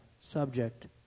subject